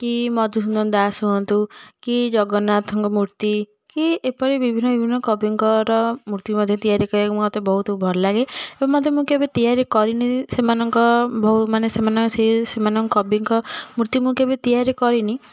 କି ମଧୁସୂଦନ ଦାସ ହୁଅନ୍ତୁ କି ଜଗନ୍ନାଥଙ୍କ ମୂର୍ତ୍ତିକି ଏପରି ବିଭିନ୍ନ ବିଭିନ୍ନ କବିଙ୍କର ମୂର୍ତ୍ତି ମଧ୍ୟ ତିଆରି କରିବାକୁ ମୋତେ ବହୁତ ଭଲଲାଗେ ଏ ମୋତେ ମୁଁ କେବେ ତିଆରି କରିନି ସେମାନଙ୍କ ବହୁ ମାନେ ସେମାନେ ସେ ସେମାନଙ୍କ କବିଙ୍କ ମୂର୍ତ୍ତି ମୁଁ କେବେ ତିଆରି କରିନି